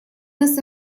нас